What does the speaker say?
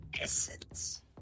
essence